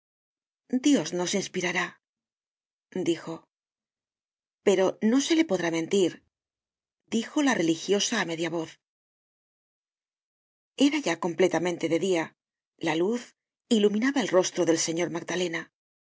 dios nos inspirará dijo pero no se le podrá mentir dijo la religiosa á media voz era ya completamente de dia la luz iluminaba el rostro del señor magdalena